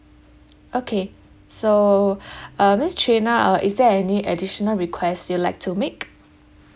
okay so uh miss trina uh is there any additional request you'd like to make